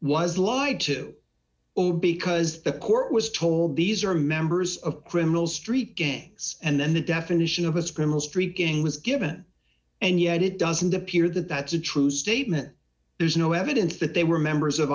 was lied to only because the court was told these are members of criminal street gangs and then the definition of his criminal street gang was given and yet it doesn't appear that that's a true statement there's no evidence that they were members of